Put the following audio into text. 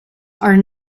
are